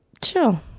Chill